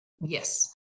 Yes